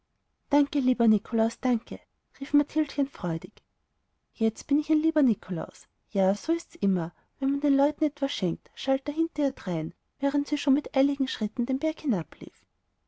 danke lieber nikolaus danke rief mathildchen freudig jetzt bin ich ein lieber nikolaus ja so ist's immer wenn man den leuten etwas schenkt schalt er hinter ihr drein während sie schon mit eiligen schritten den berg